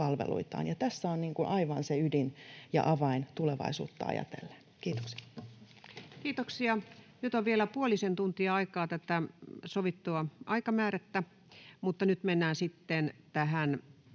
Tässä on aivan se ydin ja avain tulevaisuutta ajatellen. — Kiitokset. Kiitoksia. — Nyt on vielä puolisen tuntia aikaa tätä sovittua aikamäärettä, mutta nyt mennään sitten tähän